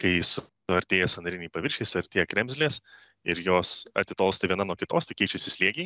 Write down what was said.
kai su suartėja sąnariniai paviršiai suartėja kremzlės ir jos atitolsta viena nuo kitos tai keičiasi slėgiai